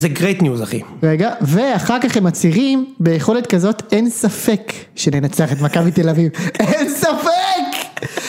זה גרייט ניוז אחי. רגע, ואחר כך הם מצהירים, ביכולת כזאת אין ספק, שננצח את מכבי תל אביב. אין ספק!